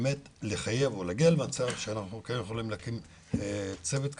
באמת לחייב או להגיע למצב שאנחנו כן יכולים להקים צוות כזה,